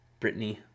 Britney